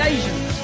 Asians